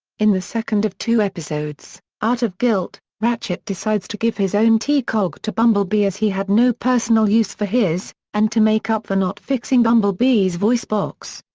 in the second of two episodes, out of guilt, ratchet decides to give his own t-cog to bumblebee as he had no personal use for his, and to make up for not fixing bumblebee's bumblebee's voice box.